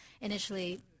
initially